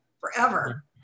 forever